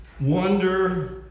wonder